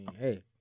Hey